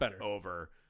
over